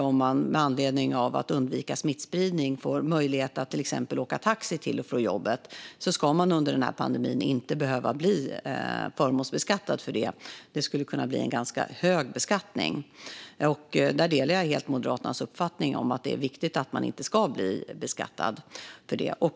Om man för att undvika smittspridning får möjlighet att till exempel åka taxi till och från jobbet ska man under denna pandemi heller inte behöva bli förmånsbeskattad för det. Det skulle kunna bli en ganska hög beskattning. Jag delar helt Moderaternas uppfattning att det är viktigt att man inte ska bli beskattad för detta.